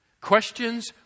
Questions